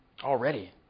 already